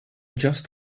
just